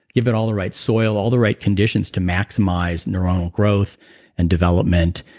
give it all the right soil, all the right conditions to maximize neuronal growth and development.